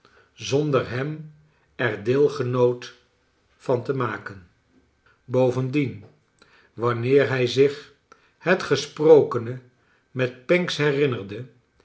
zonder hem er deelgenoot van te maken bovendien wanneer hij zich het gesprokene met pancks herinnerde